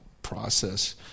Process